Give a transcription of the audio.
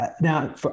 Now